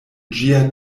ĝia